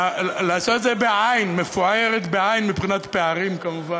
לעשות את זה בעי"ן, מפוערת, מבחינת פערים כמובן.